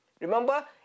Remember